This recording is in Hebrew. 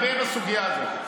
עסקתי הרבה בסוגיה הזאת.